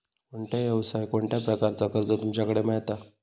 कोणत्या यवसाय कोणत्या प्रकारचा कर्ज तुमच्याकडे मेलता?